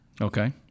Okay